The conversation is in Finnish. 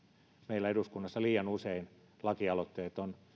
meillä eduskunnassa liian usein lakialoitteet